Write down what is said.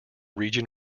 region